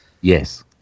Yes